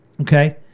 Okay